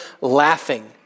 laughing